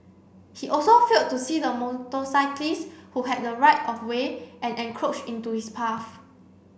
he also failed to see the motorcyclist who had the right of way and encroached into his path